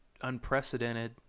unprecedented